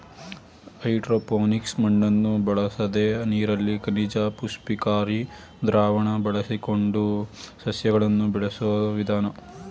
hydroponics ಮಣ್ಣನ್ನು ಬಳಸದೆ ನೀರಲ್ಲಿ ಖನಿಜ ಪುಷ್ಟಿಕಾರಿ ದ್ರಾವಣ ಬಳಸಿಕೊಂಡು ಸಸ್ಯಗಳನ್ನು ಬೆಳೆಸೋ ವಿಧಾನ